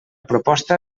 proposta